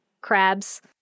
crabs